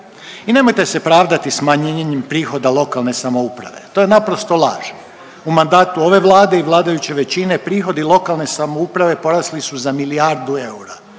I nemojte se pravdati smanjenjem prihoda lokalne samouprave, to je naprosto laž. U mandatu ove Vlade i vladajuće većine prihodi lokalne samouprave porasli su za milijardu eura.